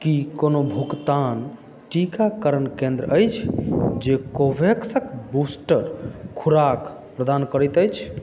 की कोनो भुगतान टीकाकरण केंद्र अछि जे कोवोवेक्सक बूस्टर खुराकप्रदान करैत अछि